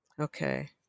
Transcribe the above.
Okay